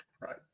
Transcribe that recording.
Right